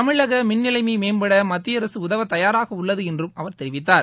தமிழக மின் நிலைமை மேம்பட மத்திய அரசு உதவ தயாராக உள்ளது என்றும் அவர் தெரிவித்தார்